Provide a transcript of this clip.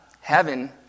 heaven